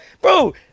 Bro